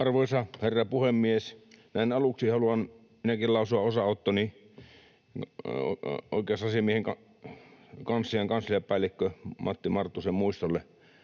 Arvoisa herra puhemies! Näin aluksi haluan minäkin lausua osanottoni oikeusasiamiehen kanslian kansliapäällikkö Matti Marttusen muistolle.